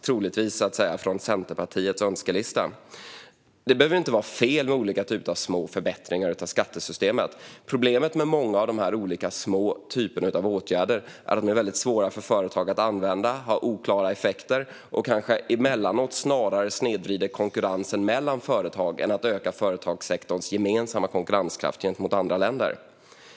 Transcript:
Det kommer troligtvis från Centerpartiets önskelista. Det behöver inte vara fel med olika typer av små förbättringar av skattesystemet. Problemet med många av dessa små åtgärder är dock att de är väldigt svåra för företag att använda, har oklara effekter och emellanåt snarare snedvrider konkurrensen mellan företag än att öka företagssektorns gemensamma konkurrenskraft gentemot andra länder.